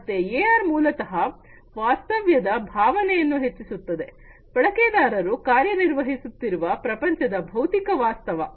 ಮತ್ತೆ ಎಆರ್ ಮೂಲತಹ ವಾಸ್ತವ್ಯದ ಭಾವನೆಯನ್ನು ಹೆಚ್ಚಿಸುತ್ತದೆ ಬಳಕೆದಾರರು ಕಾರ್ಯನಿರ್ವಹಿಸುತ್ತಿರುವ ಪ್ರಪಂಚದ ಭೌತಿಕ ವಾಸ್ತವ